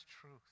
truth